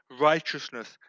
righteousness